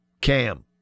Cam